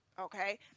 Okay